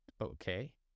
okay